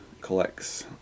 collects